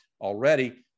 already